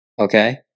Okay